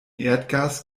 erdgas